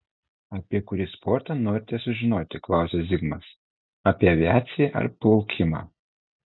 apie kurį sportą norite sužinoti klausia zigmas apie aviaciją ar plaukimą